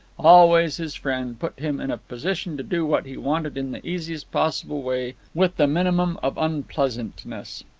always his friend, put him in a position to do what he wanted in the easiest possible way with the minimum of unpleasantness.